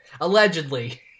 Allegedly